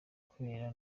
kubera